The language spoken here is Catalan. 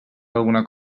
alguna